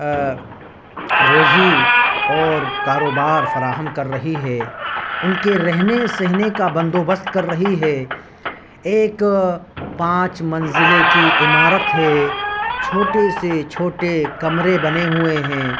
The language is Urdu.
روزی اور کاروبار فراہم کر رہی ہے ان کے رہنے سہنے کا بندوبست کر رہی ہے ایک پانچ منزلے کی عمارت ہے چھوٹے سے چھوٹے کمرے بنے ہوئے ہیں